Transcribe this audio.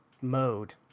mode